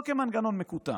לא כמנגנון מקוטע.